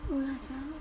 oh ya sia